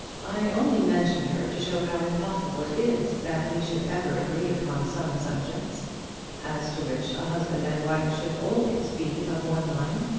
i only mention her to show how impossible it is that we should ever agree upon some subjects as to which a husband and wife should always be of one mind.